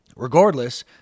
Regardless